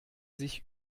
sich